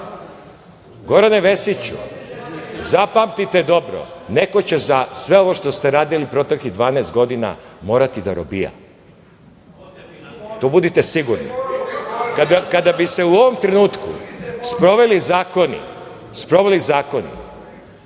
Gorane Vesiću, zapamtite dobro, neko će za sve ovo što ste radili u proteklih 12 godina morati da robija. Budite sigurni u to. Kada bi se u ovoj trenutku sproveli zakoni, pola Vlade,